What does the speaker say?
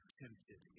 tempted